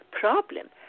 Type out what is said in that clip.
problem